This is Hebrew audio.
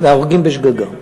להורגים בשגגה.